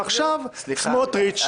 ועכשיו סמוטריץ',